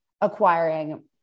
acquiring